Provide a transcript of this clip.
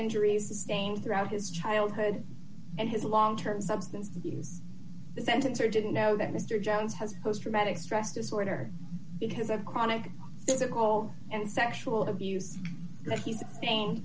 injuries sustained throughout his childhood and his long term substance abuse sentence or didn't know that mr jones has post traumatic stress disorder because of chronic physical and sexual abuse that he's saying